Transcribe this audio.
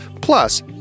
Plus